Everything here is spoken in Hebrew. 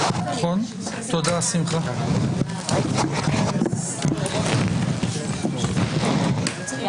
הישיבה ננעלה בשעה 15:50.